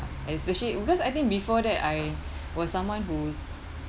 especially because I think before that I was someone who's